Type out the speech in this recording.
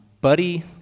Buddy